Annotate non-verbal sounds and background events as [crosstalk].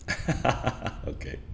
[laughs] okay